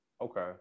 Okay